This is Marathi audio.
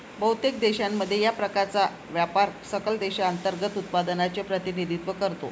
बहुतेक देशांमध्ये, या प्रकारचा व्यापार सकल देशांतर्गत उत्पादनाचे प्रतिनिधित्व करतो